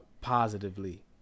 positively